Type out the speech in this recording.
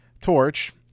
torch